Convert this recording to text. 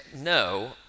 no